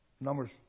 Numbers